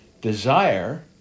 Desire